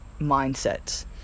mindsets